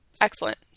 Excellent